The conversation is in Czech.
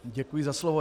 Děkuji za slovo.